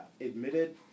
admitted